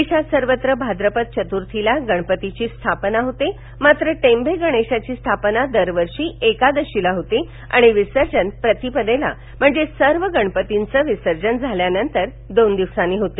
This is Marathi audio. देशात सर्वत्र भाद्रपद चतर्थीला गणपतीची स्थापना होते मात्र टेम्भे गणेशाची स्थापना दरवर्षी एकादशीला होते आणि विसर्जन प्रतिपदेला म्हणजे सर्व गणपतींचे विसर्जन झाल्यावर दोन दिवसांनी होते